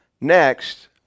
next